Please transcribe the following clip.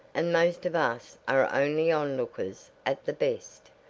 and most of us are only onlookers at the best.